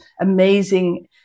amazing